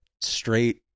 straight